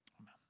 Amen